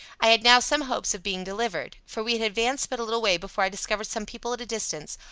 i had now some hopes of being delivered for we had advanced but a little way before i discovered some people at a distance,